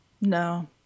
No